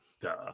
Duh